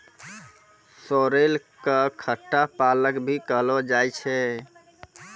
sorrel कॅ खट्टा पालक भी कहलो जाय छै